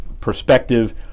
perspective